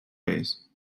ways